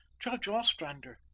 judge ostrander,